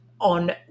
on